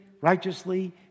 righteously